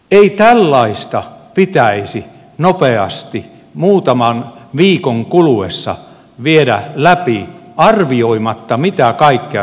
ei tällaista pitäisi nopeasti muutaman viikon kuluessa viedä läpi arvioimatta mihin kaikkeen se vaikuttaa